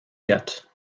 yet